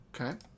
Okay